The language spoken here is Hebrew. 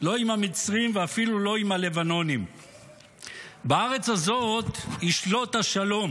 לא עם המצרים ואפילו לא עם הלבנונים --- בארץ הזאת ישלוט השלום